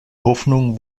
hoffnung